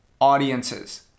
audiences